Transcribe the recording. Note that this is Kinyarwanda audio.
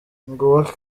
nguwo